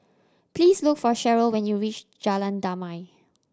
please look for Cheryle when you reach Jalan Damai